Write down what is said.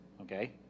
Okay